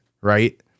right